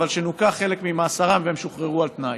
אבל שנוכה חלק ממאסרם והם שוחררו על תנאי.